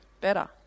better